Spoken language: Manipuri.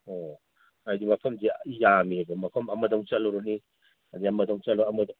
ꯑꯣ ꯍꯥꯏꯗꯤ ꯃꯐꯝꯗꯤ ꯌꯥꯝꯃꯤꯕ ꯃꯐꯝ ꯑꯃꯗ ꯑꯃꯨꯛ ꯆꯠꯂꯨꯔꯅꯤ ꯑꯗꯩ ꯑꯃꯗ ꯑꯃꯨꯛ ꯆꯠꯂꯨꯔ ꯑꯃꯗ